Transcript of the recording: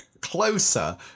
closer